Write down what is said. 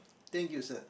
thank you sir